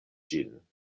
ĝin